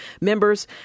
members